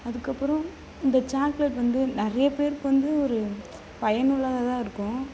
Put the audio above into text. அதுக்கப்புறம் இந்த சாக்லேட் வந்து நிறைய பேருக்கு வந்து ஒரு பயனுள்ளதாக தான் இருக்கும்